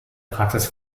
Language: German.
praxis